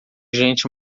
gente